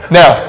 now